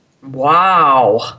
Wow